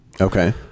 Okay